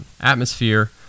atmosphere